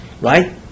right